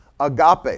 Agape